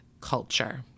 culture